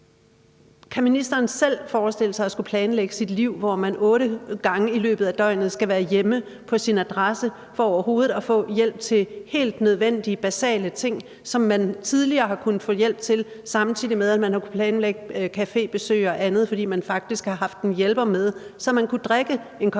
Kan ministeren selv forestille sig at skulle planlægge sit liv, hvor man otte gange i løbet af døgnet skal være hjemme på sin adresse for overhovedet at få hjælp til helt nødvendige, basale ting, som man tidligere har kunnet få hjælp til, samtidig med at man har kunnet planlægge cafébesøg og andet, fordi man faktisk har haft en hjælper med, så man kunne drikke en kop kaffe